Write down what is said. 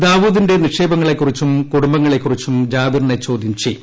ദാവുദിന്റെ നിക്ഷേപങ്ങളെക്കുറിച്ചും കൂടുംബങ്ങളെക്കുറിച്ചും ജാബിറിനെ ചോദ്യം ചെയ്യും